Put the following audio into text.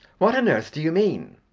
what on earth do you mean?